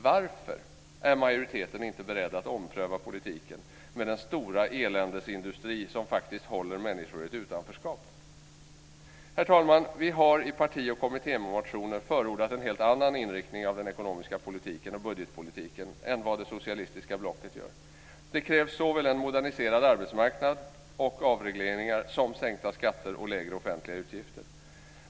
Varför är majoriteten inte beredd att ompröva politiken med den stora eländesindustri som faktiskt håller människor i ett utanförskap? Herr talman! Vi har i parti och kommittémotioner förordat en helt annan inriktning av den ekonomiska politiken och budgetpolitiken än vad det socialistiska blocket gör. Det krävs såväl en moderniserad arbetsmarknad och avregleringar som sänkta skatter och lägre offentliga utgifter.